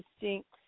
distinct